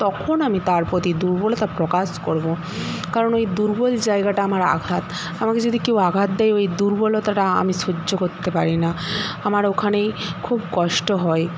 তখন আমি তার প্রতি দুর্বলতা প্রকাশ করবো কারণ ওই দুর্বল জায়গাটা আমার আঘাত আমাকে যদি কেও আঘাত দেয় ওই দুর্বলতাটা আমি সহ্য করতে পারি না আমার ওখানেই খুব কষ্ট হয়